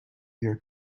your